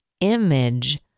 image